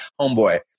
homeboy